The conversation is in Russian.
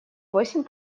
восемь